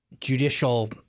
judicial –